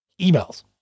emails